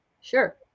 Sure